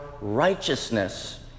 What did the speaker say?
righteousness